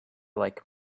like